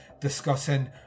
discussing